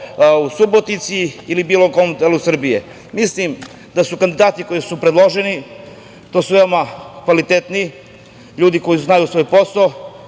u Subotici ili bilo kom delu Srbije. Mislim da su kandidati koji su predloženi veoma kvalitetni ljudi, koji znaju svoj posao